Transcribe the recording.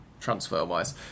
transfer-wise